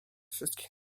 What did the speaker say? wszystkich